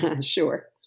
Sure